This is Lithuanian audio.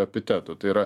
epitetų tai yra